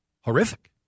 horrific